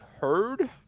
heard